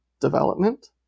development